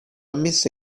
messa